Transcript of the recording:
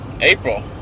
April